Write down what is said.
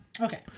Okay